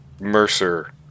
Mercer